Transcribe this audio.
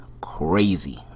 crazy